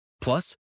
Plus